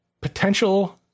potential